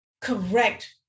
correct